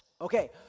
okay